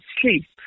sleep